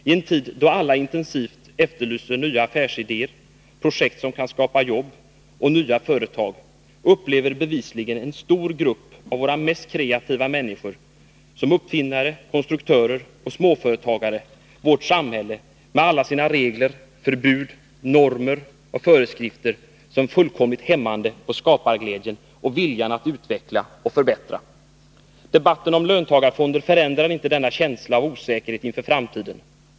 Ien tid då vi alla intensivt efterlyser nya affärsidéer, projekt som kan skapa jobb och nya företag, upplever bevisligen en stor grupp av våra mest kreativa människor, som exempelvis uppfinnare, konstruktörer och småföretagare, vårt samhälle med alla dess regler, förbud, normer och föreskrifter som fullständigt hämmande på skaparglädjen och viljan att utveckla och förbättra. Debatten om löntagarfonder förändrar inte denna känsla av osäkerhet inför framtiden.